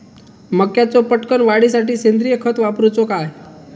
मक्याचो पटकन वाढीसाठी सेंद्रिय खत वापरूचो काय?